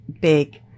big